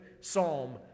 Psalm